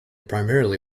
primarily